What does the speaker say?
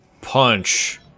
Punch